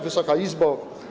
Wysoka Izbo!